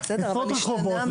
עשרות רחובות,